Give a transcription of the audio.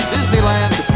Disneyland